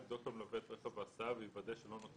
יבדוק המלווה את רכב ההסעה ויוודא שלא נותר